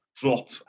drop